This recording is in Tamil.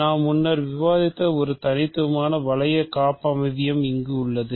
நாம் முன்னர் விவாதித்த ஒரு தனித்துவமான வளைய காப்பமைவியம் இங்கு உள்ளது